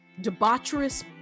debaucherous